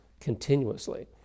continuously